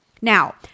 Now